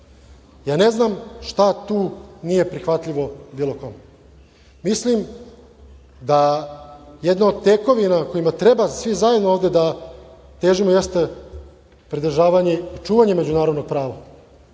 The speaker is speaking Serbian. Ne znam šta tu nije prihvatljivo bilo kome. Mislim da jedna od tekovina kojima treba svi zajedno ovde da težimo jeste čuvanje međunarodnog prava.